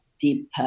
deep